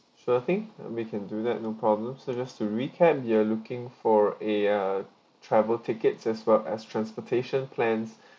sure thing uh we can do that no problem so just to recap you are looking for a uh travel tickets as well as transportation plans